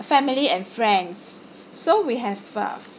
family and friends so we have uh